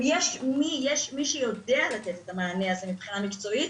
יש מי שיודע לתת את המענה הזה מבחינה מקצועית.